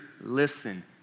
listen